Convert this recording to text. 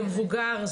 הוא מבוגר,